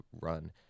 Run